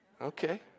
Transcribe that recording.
Okay